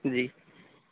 جی